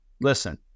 listen